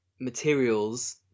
materials